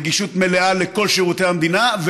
נגישות מלאה של כל שירותי המדינה,